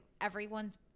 everyone's